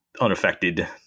unaffected